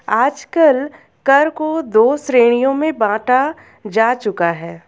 आजकल कर को दो श्रेणियों में बांटा जा चुका है